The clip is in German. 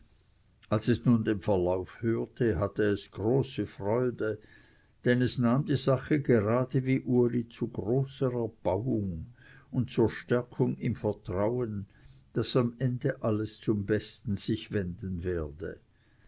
als es nun den verlauf hörte hatte es große freude denn es nahm die sache gerade wie uli zu großer erbauung und zur stärkung im vertrauen daß am ende alles zum besten sich wenden werde